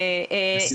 בשמחה.